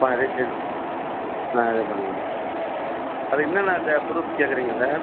ரிஜிடேசன்லாம் நாங்களே பண்ணிக்கனும் அது என்னென்ன ப்ரூஃப் கேட்குறிங்க சார்